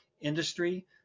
industry